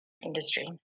industry